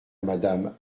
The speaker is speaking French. madame